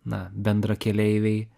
na bendrakeleiviai